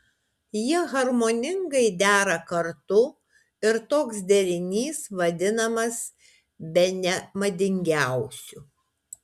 jie harmoningai dera kartu ir toks derinys vadinamas bene madingiausiu